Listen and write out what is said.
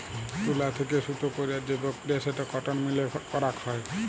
তুলো থেক্যে সুতো কইরার যে প্রক্রিয়া সেটো কটন মিলে করাক হয়